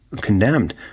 condemned